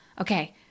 okay